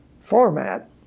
format